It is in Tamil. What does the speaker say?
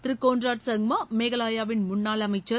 திரு கோன்ராட் சங்மா மோகாலாயாவின் முன்னாள் அமைச்சர்